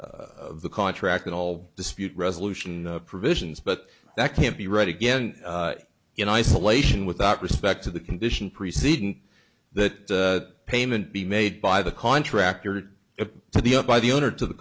the the contract in all dispute resolution provisions but that can't be right again in isolation without respect to the condition preceding that payment be made by the contractor to the up by the owner to the